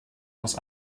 was